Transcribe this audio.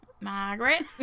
Margaret